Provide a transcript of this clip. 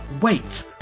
wait